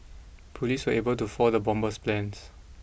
police were able to foil the bomber's plans